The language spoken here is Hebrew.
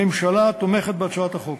הממשלה תומכת בהצעת החוק.